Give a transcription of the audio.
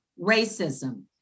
racism